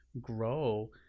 grow